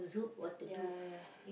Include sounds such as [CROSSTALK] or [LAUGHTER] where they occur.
[NOISE] ya ya